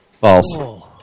False